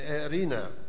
arena